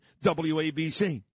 WABC